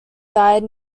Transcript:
died